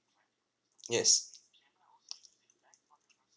yes